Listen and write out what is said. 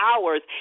hours